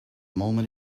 moment